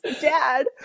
dad